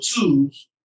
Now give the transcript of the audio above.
tools